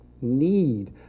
need